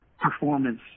performance